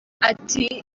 ati